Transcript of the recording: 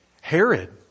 Herod